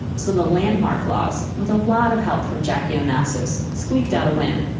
so the landmark laws with a lot of help from jackie onassis squeaked out a win.